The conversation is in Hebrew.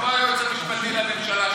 גם פה היועץ המשפטי לממשלה,